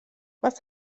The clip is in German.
was